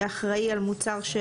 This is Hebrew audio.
יהיה אחראי על מוצר.